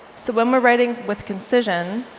so when we're writing with concision,